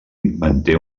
manté